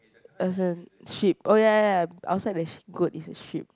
as in sheep oh ya ya outside the sh~ goat is the sheep